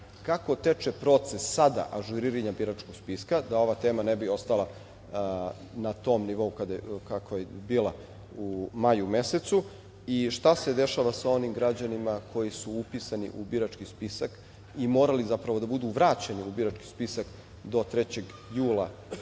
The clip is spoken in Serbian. kako teče proces sada ažuriranja biračkog spiska, da ova tema ne bi ostala na tom nivou kakva je i bila u maju mesecu, i šta se dešava sa onim građanima koji su upisani u birački spisak i morali zapravo da budu vraćeni u birački spisak do 3. jula